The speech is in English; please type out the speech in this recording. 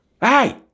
Hey